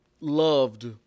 loved